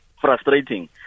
frustrating